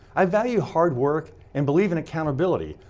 i value hard work and believe in accountability,